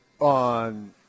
on